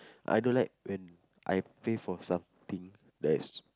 I don't like when I pay for something that is